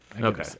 Okay